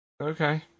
Okay